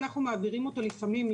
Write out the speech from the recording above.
אנחנו מעבירים אותו לפעמים,